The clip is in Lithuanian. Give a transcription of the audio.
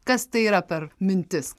kas tai yra per mintis